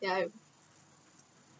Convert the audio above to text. yeah